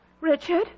Richard